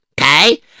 okay